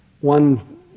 one